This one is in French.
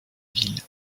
ville